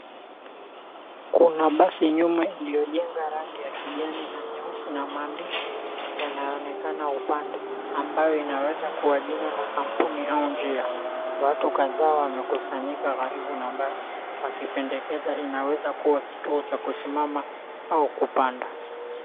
Kuna basi nyuma iliyojenga rangi ya kijani na nyeusi na maandishi yanayoonekana upande ambayo inaweza kuwa jina la kampuni au njia. Watu kadhaa wamekusanyika karibu na basi wakipendekeza inaweza kuwa kituo cha kusimama au kupanda.